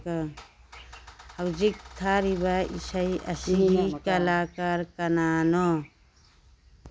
ꯍꯧꯖꯤꯛ ꯊꯥꯔꯤꯕ ꯑꯁꯩ ꯑꯁꯤꯒꯤ ꯀꯂꯥꯀꯥꯔ ꯀꯅꯥꯅꯣ